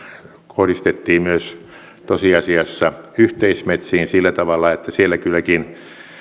kohdistettiin myös tosiasiassa yhteismetsiin sillä tavalla että siellä kylläkin